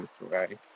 right